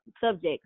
subject